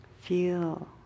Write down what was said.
feel